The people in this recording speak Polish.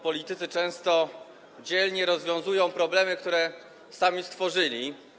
Politycy często dzielnie rozwiązują problemy, które sami stworzyli.